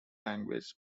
language